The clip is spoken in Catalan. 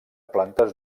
plantes